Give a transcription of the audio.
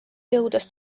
jõudes